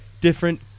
different